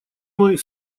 мой